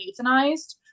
euthanized